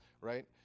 right